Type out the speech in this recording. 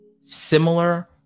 similar